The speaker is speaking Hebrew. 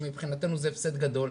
שמבחינתנו זה הפסד גדול,